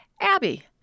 Abby